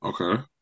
Okay